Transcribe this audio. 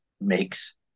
makes